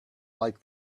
like